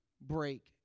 break